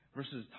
Versus